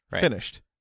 finished